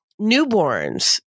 newborns